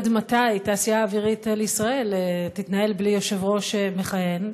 עד מתי התעשייה האווירית לישראל תתנהל בלי יושב-ראש מכהן?